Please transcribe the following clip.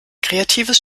kreatives